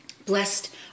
Blessed